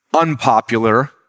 unpopular